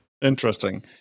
Interesting